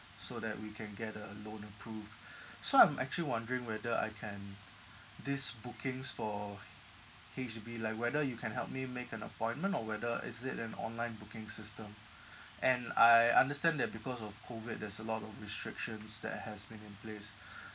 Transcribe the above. so that we can get the loan approved so I'm actually wondering whether I can these bookings for H_D_B like whether you can help me make an appointment or whether is it an online booking system and I understand that because of COVID there's a lot of restrictions that has been in place